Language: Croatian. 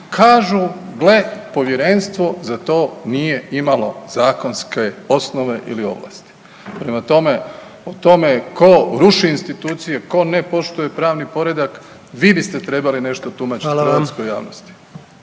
kažu gle povjerenstvo za to nije imalo zakonske osnove ili ovlasti. Prema tome, o tko ruši institucije, tko ne poštuje pravni poredak vi biste trebali nešto …/Upadica: Hvala vam./…